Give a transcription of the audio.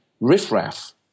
riffraff